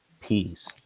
peace